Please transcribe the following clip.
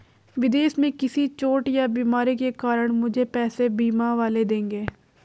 विदेश में किसी चोट या बीमारी के कारण मुझे पैसे बीमा वाले देंगे